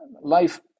life